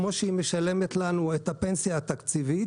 כמו שהיא משלמת לנו את הפנסיה התקציבית,